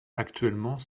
actuellement